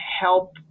help